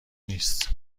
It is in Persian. نیست